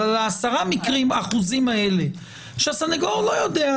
אבל ה-10% האלה שהסנגור לא יודע,